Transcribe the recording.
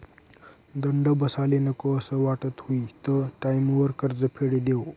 दंड बसाले नको असं वाटस हुयी त टाईमवर कर्ज फेडी देवो